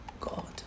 God